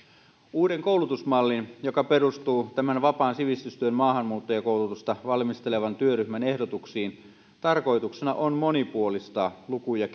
uuden koulutusmallin joka perustuu tämän vapaan sivistystyön maahanmuuttajakoulutusta valmistelevan työryhmän ehdotuksiin tarkoituksena on monipuolistaa luku ja